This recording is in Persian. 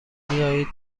بیایید